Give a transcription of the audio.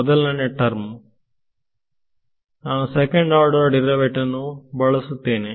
ಮೊದಲನೇ ಟರ್ಮ್ ನಾನು second order derivative ಅನ್ನು ಬಳಸುತ್ತೇನೆ